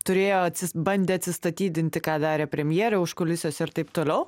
turėjo bandė atsistatydinti ką darė premjerė užkulisiuose ir taip toliau